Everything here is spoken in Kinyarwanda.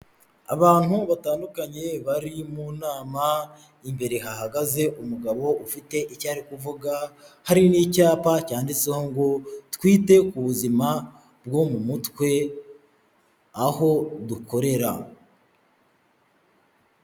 Abantu batandukanye bari mu nama, imbere hahagaze umugabo ufite icyari kuvuga, hari n'icyapa cyanditseho ngo twite ku buzima bwo mu mutwe aho dukorera.